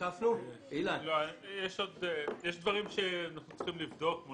יש דברים שאנחנו צריכים לבדוק כמו